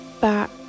back